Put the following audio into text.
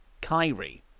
Kyrie